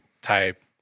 type